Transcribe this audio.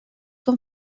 com